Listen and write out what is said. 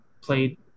played